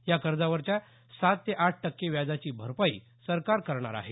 या कर्जावरच्या सात ते आठ टक्के व्याजाची भरपाई सरकार करणार आहे